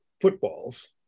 footballs